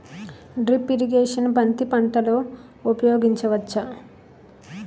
Drip irrigation బంతి పంటలో ఊపయోగించచ్చ?